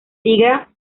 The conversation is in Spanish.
liga